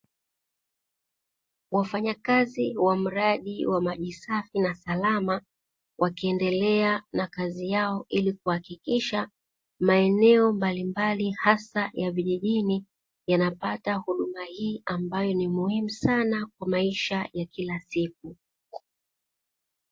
Wafanyakazi wa mradi wa maji safi na salama, wakiendelea na kazi yao ili kuhakikisha maeneo mbali mbali hasa ya vijijni, yanapata huduma hii ambayo ni muhimu sana kwa maisha ya kila siku.